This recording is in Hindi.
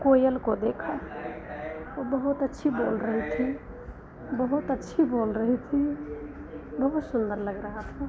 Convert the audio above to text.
कोयल को देखा वह बहुत अच्छी बोल रही थी बहुत अच्छी बोल रही थी बहुत सुन्दर लग रहा था